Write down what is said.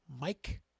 Mike